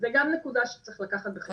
אז זאת גם נקודה שצריך לקחת בחשבון.